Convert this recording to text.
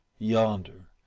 yonder,